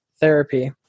therapy